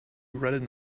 regretted